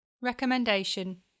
Recommendation